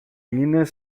είναι